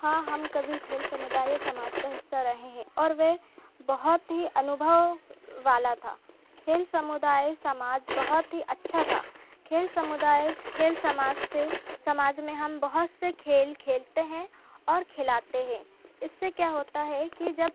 हाँ हम कभी खेल समुदाय या समाज का हिस्सा रहे हैं और वह बहुत ही अनुभव वाला था खेल समुदाय समाज बहुत ही अच्छा था खेल समुदाय खेल समाज से समाज में हम बहुत से खेल खेलते हैं और खिलाते हैं इससे क्या होता है कि जब